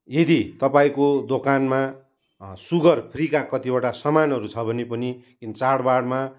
यदि तपाईँको दोकानमा सुगरफ्रीका कतिवटा सामानहरू छ भने पनि किन चाडबाडमा